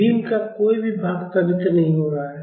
beam का कोई भी भाग त्वरित नहीं हो रहा है